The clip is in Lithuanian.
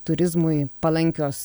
turizmui palankios